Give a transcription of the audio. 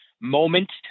moment